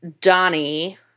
Donnie